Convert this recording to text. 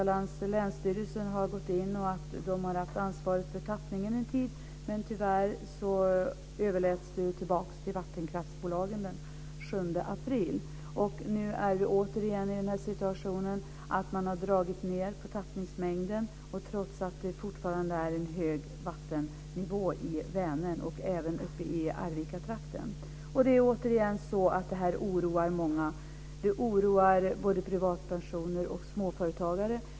Länsstyrelsen i Västra Götaland har haft ansvaret för tappningen en tid, men tyvärr överläts ansvaret åter till vattenkraftsbolagen den 7 april. Nu är vi återigen i situationen att man har dragit ned på tappningsmängden trots att det fortfarande är en hög vattennivå i Vänern och även uppe i Arvikatrakten. Det är återigen så att detta oroar många. Det oroar både privatpersoner och småföretagare.